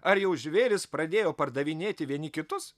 ar jau žvėrys pradėjo pardavinėti vieni kitus